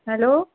hello